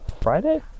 friday